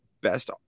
best